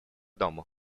дому